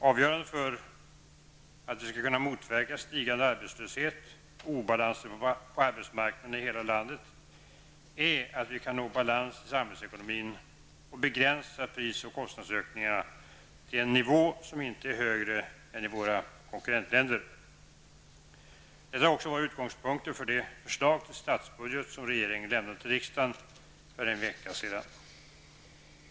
Avgörande för att vi skall kunna motverka stigande arbetslöshet och obalanser på arbetsmarknaden i hela landet är att vi kan nå balans i samhällsekonomin och begränsa pris och kostnadsökningarna till en nivå som inte är högre än i våra konkurrentländer. Detta har också varit utgångspunkter för det förslag till statsbudget som regeringen lämnade till riksdagen för en vecka sedan.